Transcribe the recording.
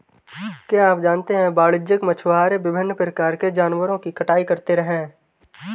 क्या आप जानते है वाणिज्यिक मछुआरे विभिन्न प्रकार के जानवरों की कटाई करते हैं?